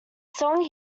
song